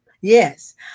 Yes